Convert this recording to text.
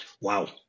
Wow